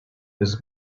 his